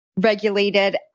regulated